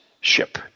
ship